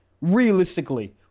Realistically